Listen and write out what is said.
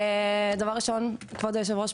כבוד היושב-ראש,